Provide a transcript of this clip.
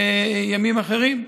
וימים אחרים.